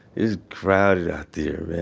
it's crowded out there,